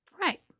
Right